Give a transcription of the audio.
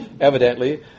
Evidently